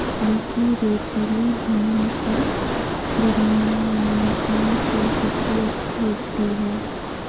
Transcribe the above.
हल्की रेतीली भूमि पर गर्मियों में कौन सी सब्जी अच्छी उगती है?